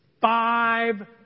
Five